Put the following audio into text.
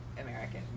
American